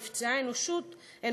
היא נפצעה אנושות,